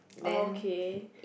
oh okay